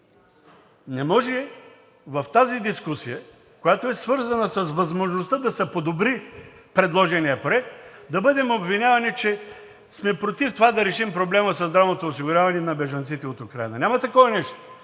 не може в тази дискусия, която е свързана с възможността да се подобри предложеният проект, да бъдем обвинявани, че сме против това да решим проблема със здравното осигуряване на бежанците от Украйна. Няма такова нещо!